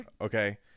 okay